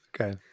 Okay